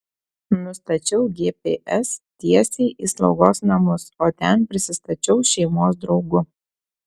nustačiau gps tiesiai į slaugos namus o ten prisistačiau šeimos draugu